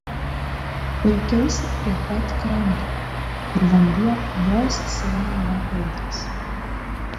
laikiausi prie pat kranto kur vanduo vos sėmė man pėdas